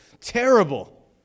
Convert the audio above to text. terrible